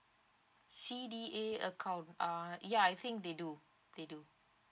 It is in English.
C_D_A account uh ya I think they do they do